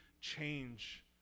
change